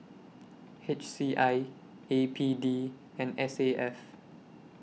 H C I A P D and S A F